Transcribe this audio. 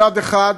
מצד אחד,